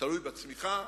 תלוי בצמיחה,